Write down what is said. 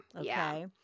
Okay